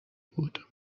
بود